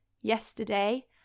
Yesterday